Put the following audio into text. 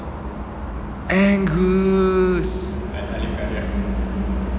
angus